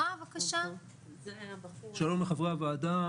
שלום לחברי הוועדה,